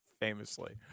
famously